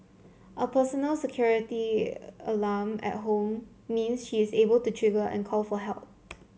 a personal security alarm at home means she is able to trigger and call for help